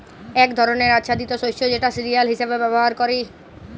এক ধরলের আচ্ছাদিত শস্য যেটা সিরিয়াল হিসেবে ব্যবহার ক্যরা হ্যয়